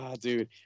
dude